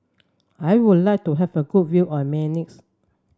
I would like to have a good view of Minsk